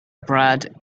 brad